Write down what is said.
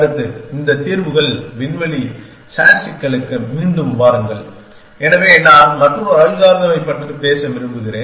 அடுத்து இந்த தீர்வுகள் விண்வெளி SAT சிக்கலுக்கு மீண்டும் வாருங்கள் எனவே நான் மற்றொரு அல்காரிதமைப் பற்றி பேச விரும்புகிறேன்